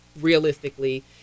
realistically